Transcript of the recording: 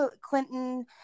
Clinton